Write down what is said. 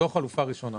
זו החלופה הראשונה.